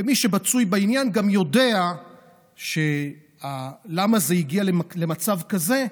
ומי שמצוי בעניין גם יודע למה זה הגיע למצב כזה,